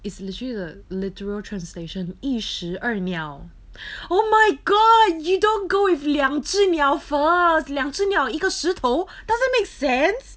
is literally the literal translation 一石二鸟 oh my god you don't go with 两只鸟 first 两只鸟一个石头 doesn't make sense